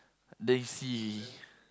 then you see